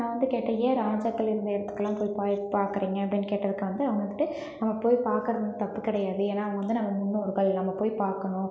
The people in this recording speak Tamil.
நான் வந்து கேட்டேன் ஏன் ராஜாக்கள் இருந்த இடத்துக்குலாம் போய் போய் பார்க்குறீங்க அப்படின்னு கேட்டதுக்கு வந்து அவங்க வந்துவிட்டு அங்கே போய் பார்க்குறது ஒன்றும் தப்பு கிடையாது ஏன்னா அவங்க வந்து நம்ப முன்னோர்கள் நம்ம போய் பார்க்கணும்